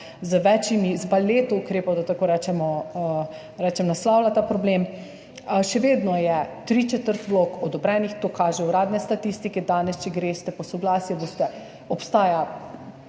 s paleto ukrepov, da tako rečem, naslavlja ta problem. Še vedno je tri četrtine vlog odobrenih, to kažejo uradne statistike. Danes, če greste po soglasje, obstaja